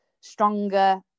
stronger